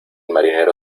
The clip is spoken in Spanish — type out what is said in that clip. marinero